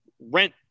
rent